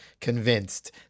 convinced